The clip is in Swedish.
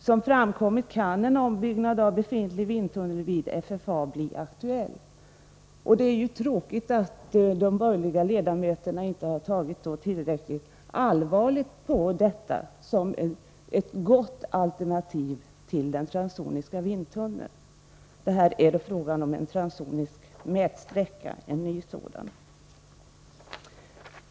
Som framkommit kan en ombyggnad av befintlig vindtunnel vid FFA bli aktuell. Det är ju tråkigt att de borgerliga ledamöterna inte har tagit tillräckligt allvarligt på detta, som ett gott alternativ till den transsoniska vindtunneln. Det är här fråga om en ny transsonisk mätsträcka.